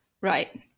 Right